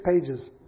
pages